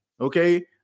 Okay